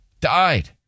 died